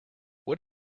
what